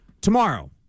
tomorrow